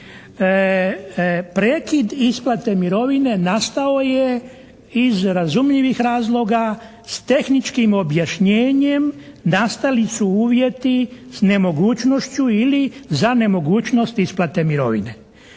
Prekid isplate mirovine nastao je iz razumljivih razloga s tehničkim objašnjenjem nastali su uvjeti s nemogućnošću ili za nemogućnost isplate mirovine.